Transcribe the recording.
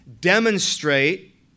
demonstrate